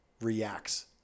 reacts